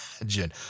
imagine